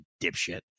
dipshit